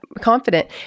confident